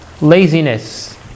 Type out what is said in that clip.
laziness